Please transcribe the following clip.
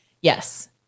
yes